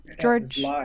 George